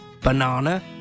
banana